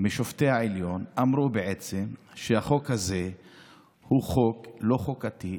משופטי העליון אמרו בעצם שהחוק הוא חוק לא חוקתי,